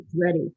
ready